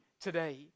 today